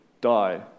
die